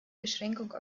beschränkung